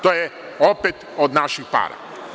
To je opet od naših para.